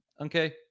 okay